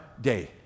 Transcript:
day